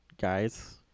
guys